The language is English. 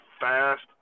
fast